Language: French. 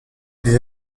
les